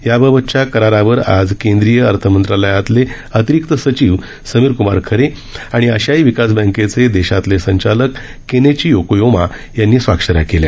याबाबतच्या करारावर आज केंद्रीय अर्थ मंत्रालयातील अतिरीक्त सचिव समीरकमार खरे आणि आशियाई विकास बँकेचे देशातील संचालक केनेची योकोयोमा यांनी स्वाक्षऱ्या केल्या